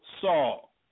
Saul